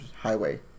highway